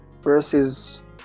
versus